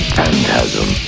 phantasm